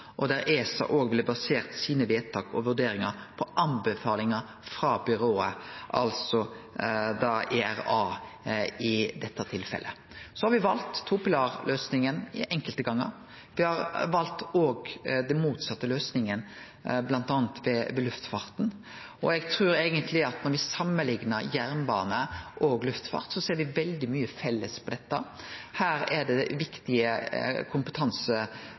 der ESA òg ville ha basert sine vedtak og vurderingar på tilrådingar frå byrået, altså ERA i dette tilfellet. Me har valt topilarløysinga enkelte gonger. Me har òg valt den motsette løysinga, bl.a. når det gjeld luftfarta. Eg trur eigentleg at når me samanliknar jernbane og luftfart, ser me veldig mykje felles i dette. Her er det viktig kompetanse